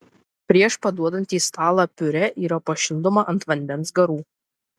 prieš paduodant į stalą piurė yra pašildoma ant vandens garų